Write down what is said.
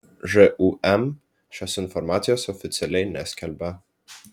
žūm šios informacijos oficialiai neskelbia